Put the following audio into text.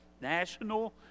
National